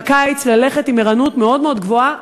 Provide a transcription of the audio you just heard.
בקיץ להיות עם ערנות מאוד מאוד גבוהה,